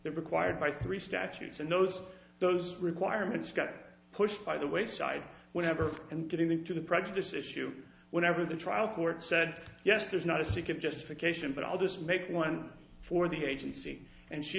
required by three statutes and those those requirements got pushed by the wayside whenever and getting to the prejudice issue whatever the trial court said yes there's not a secret justification but i'll just make one for the agency and she